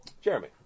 Jeremy